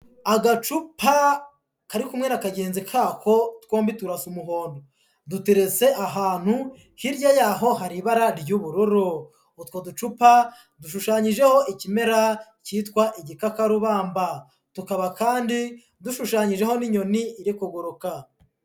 Agacupa kari kumwe na kagenzi kako, twombi turasa umuhondo. Dutereretse ahantu, hirya y'aho hari ibara ry'ubururu. Utwo ducupa, dushushanyijeho ikimera cyitwa igikakarubamba. Tukaba kandi, dushushanyijeho n'inyoni iri kuguruka.